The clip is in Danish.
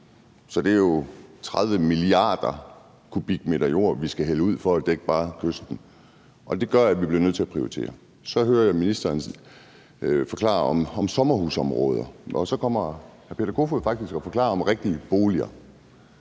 Så det er jo 30 mia. m³ jord, vi skal hælde ud for at dække bare kysten, og det gør, at vi bliver nødt til at prioritere. Så hører jeg ministeren forklare om sommerhusområder, og så kommer hr. Peter Kofod faktisk og forklarer om rigtige boliger.